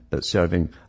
serving